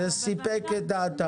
זה סיפק את דעתם.